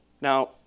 Now